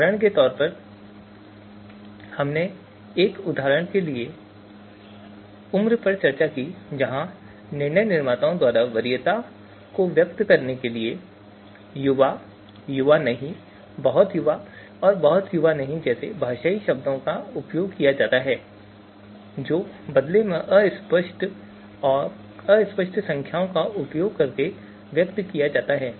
उदाहरण के रूप में हमने उम्र पर चर्चा की जहां निर्णय निर्माताओं द्वारा वरीयताओं को व्यक्त करने के लिए युवा युवा नहीं बहुत युवा और बहुत युवा नहीं जैसे भाषाई शब्दों का उपयोग किया जाता है और जो बदले में अस्पष्ट संख्याओं का उपयोग करके व्यक्त किया जा सकता है